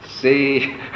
See